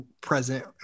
present